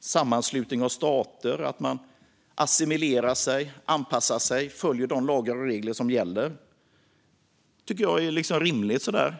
sammanslutning av stater assimilerar man sig, anpassar sig och följer de lagar och regler som gäller. Det tycker jag är rimligt.